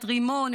את רימון,